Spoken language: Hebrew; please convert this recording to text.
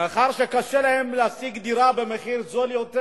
מאחר שקשה להם להשיג דירה במחיר זול יותר